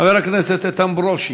חבר הכנסת איתן ברושי,